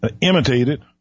imitated